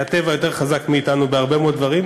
הטבע יותר חזק מאתנו בהרבה מאוד דברים,